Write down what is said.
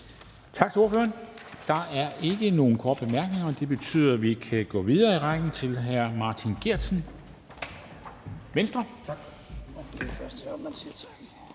Tak til ordføreren. Der er ikke nogen korte bemærkninger, og det betyder, at vi kan gå videre i rækken til hr. Martin Geertsen,